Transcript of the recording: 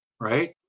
right